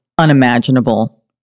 unimaginable